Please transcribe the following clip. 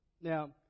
Now